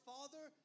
Father